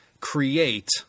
create